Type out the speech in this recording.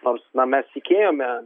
nors na mes tikėjome